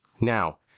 Now